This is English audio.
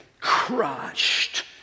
crushed